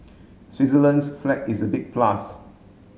Switzerland's flag is a big plus